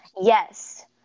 yes